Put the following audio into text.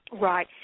Right